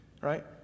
right